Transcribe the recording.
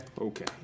Okay